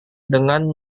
dengan